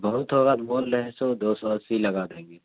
بہت ہوگا بول رہے ہیں سو دو سو اسی لگا دیں گے